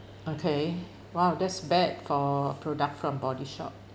okay !wow! that's bad for product from body shop